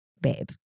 babe